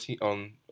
on